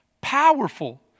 powerful